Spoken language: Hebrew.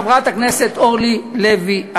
חברת הכנסת אורלי לוי,